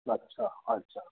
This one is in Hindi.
अच्छा अच्छा